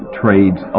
trades